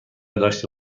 داشته